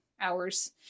hours